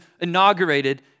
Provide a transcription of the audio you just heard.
inaugurated